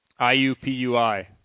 IUPUI